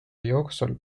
jooksul